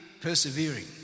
persevering